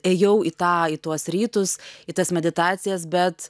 ėjau į tą į tuos rytus į tas meditacijas bet